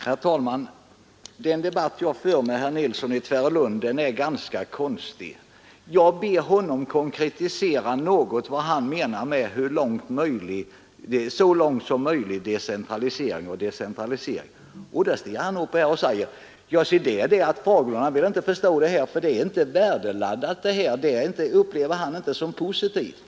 Herr talman! Den debatt jag för med herr Nilsson i Tvärålund är ganska konstig. Jag ber honom något konkretisera vad han menar med ”så långt möjligt decentraliserat”, och då stiger han upp här och säger: Herr Fagerlund vill inte förstå det här, för det är inte värdeladdat, och det upplever herr Fagerlund då inte som positivt.